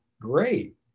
great